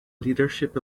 leadership